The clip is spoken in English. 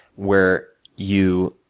where you